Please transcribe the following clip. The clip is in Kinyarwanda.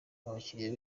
abakiriya